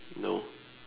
no